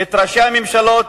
את ראשי הממשלות,